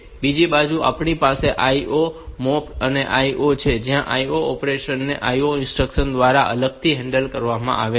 બીજી બાજુ આપણી પાસે આ IO મેપ્ડ IO છે જ્યાં આ IO ઑપરેશન્સ ને IO ઇન્સ્ટ્રક્શન દ્વારા અલગથી હેન્ડલ કરવામાં આવે છે